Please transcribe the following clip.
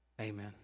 Amen